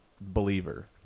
believer